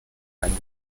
ein